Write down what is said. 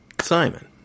Simon